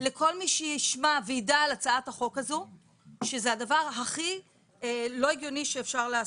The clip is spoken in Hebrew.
מי שישמע וידע על הצעת החוק הזו שזה הדבר הכי לא הגיוני שאפשר לעשות.